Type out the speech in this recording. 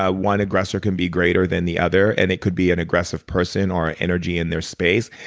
ah one aggressor can be greater than the other and it could be an aggressive person, or energy in their space.